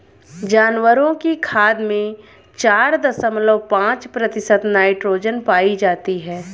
जानवरों की खाद में चार दशमलव पांच प्रतिशत नाइट्रोजन पाई जाती है